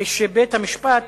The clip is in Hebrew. ובית-המשפט